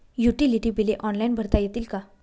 Utility बिले online भरता येतील का?